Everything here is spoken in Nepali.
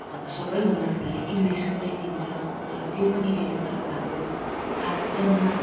अब सबैभन्दा ठुलो इङ्गलिसको नै लिन्छ तर त्यो पनि होइन तर अब हाम्रो खास जन्म